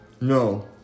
No